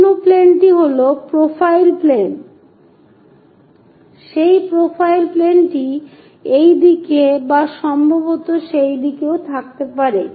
অন্য প্লেনটি হল প্রোফাইল প্লেন সেই প্রোফাইল প্লেনটি এই দিকে বা সম্ভবত সেই দিকেও থাকতে পারে